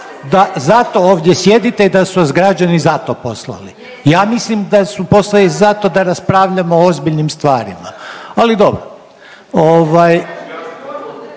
zato ovdje sjedite i da su vas građani za to poslali. Ja mislim da su poslali zato da raspravljamo o ozbiljnim stvarima. Ali dobro.